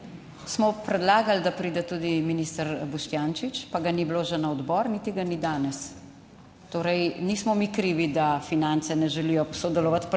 Smo predlagali, da pride tudi minister Boštjančič, pa ga ni bilo že na odboru, niti ga ni danes. Torej nismo mi krivi, da finance ne želijo sodelovati pri tem